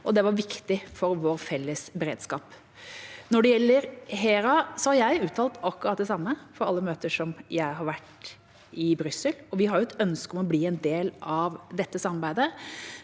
det var viktig for vår felles beredskap. Når det gjelder HERA, har jeg uttalt akkurat det samme på alle møter jeg har vært på i Brussel. Vi har et ønske om å bli en del av dette samarbeidet.